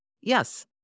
Yes